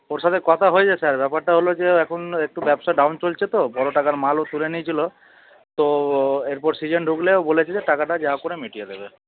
ওর সাথে কথা হয়েছে স্যার ব্যাপারটা হলো যে ও এখন একটু ব্যবসা ডাউন চলছে তো বড়ো টাকার মাল ও তুলে নিয়েছিলো তো এরপর সিজন ঢুকলে ও বলেছে যে টাকাটা যা হোক করে মিটিয়ে দেবে